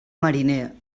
mariner